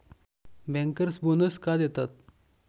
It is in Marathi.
बँकर्स बोनस का देतात?